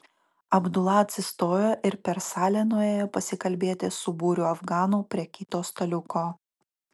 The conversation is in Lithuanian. abdula atsistojo ir per salę nuėjo pasikalbėti su būriu afganų prie kito staliuko